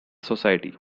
society